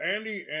Andy